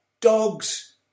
dogs